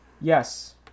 Yes